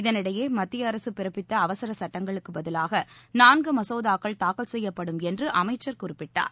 இதனிடையே மத்திய அரசு பிறப்பித்த அவசர சட்டங்களுக்கு பதிலாக நான்கு மசோதாக்கள் தாக்கல் செய்யப்படும் என்று அமைச்சர் குறிப்பிட்டார்